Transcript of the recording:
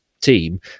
team